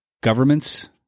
government's